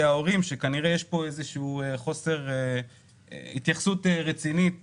ההורים שכנראה יש פה איזשהו חוסר התייחסות רצינית